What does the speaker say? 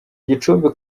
gicumbi